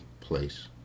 place